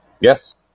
Yes